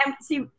see